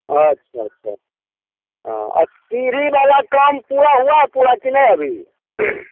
अच्छा अच्छा हाँ वह सीढ़ी वाला काम पूरा हुआ पूरा कि नहीं अभी